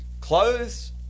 clothes